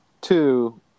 Two